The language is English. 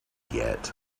yet